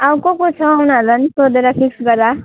अब को को छ उनीहरूलाई नि सोधेर फिक्स गर